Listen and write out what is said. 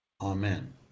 Amen